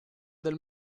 del